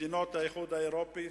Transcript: מדינות האיחוד האירופי